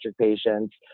patients